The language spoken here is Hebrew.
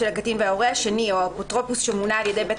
"וההורה השני או האפוטרופוס שמונה על ידי בית